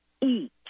eat